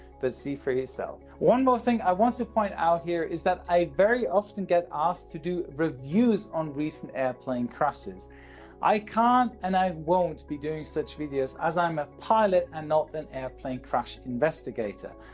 but see for yourself. one more thing i want to point out here is that i very often get asked to do reviews on recent airplane crashes i can't and i won't be doing such videos as i'm a pilot and not an airplane crash investigator.